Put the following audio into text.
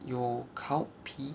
有 cowp